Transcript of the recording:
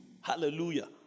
Hallelujah